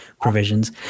provisions